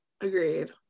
Agreed